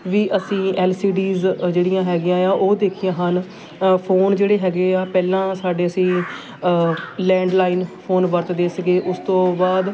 ਵੀ ਅਸੀਂ L C Ds ਜਿਹੜੀਆਂ ਹੈਗੀਆਂ ਹੈ ਉਹ ਦੇਖੀਆਂ ਹਨ ਫੋਨ ਜਿਹੜੇ ਹੈਗੇ ਹੈ ਪਹਿਲਾਂ ਸਾਡੇ ਅਸੀਂ ਲੈਂਡਲਾਈਨ ਫੋਨ ਵਰਤਦੇ ਸੀਗੇ ਉਸ ਤੋਂ ਬਾਅਦ